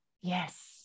Yes